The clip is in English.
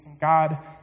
God